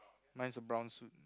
mine is a brown suit